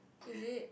is it